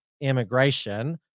immigration